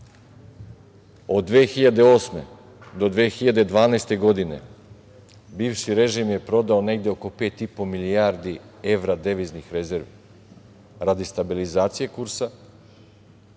od 2008. do 2012. godine bivši režim prodao negde oko pet i po milijardi evra deviznih rezervi radi stabilizacije kursa,